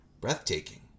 breathtaking